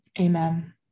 Amen